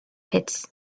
pits